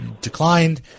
declined